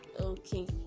Okay